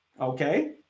Okay